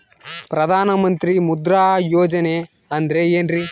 ಪ್ರಧಾನ ಮಂತ್ರಿ ಮುದ್ರಾ ಯೋಜನೆ ಅಂದ್ರೆ ಏನ್ರಿ?